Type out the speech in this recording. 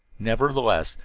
nevertheless,